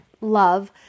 love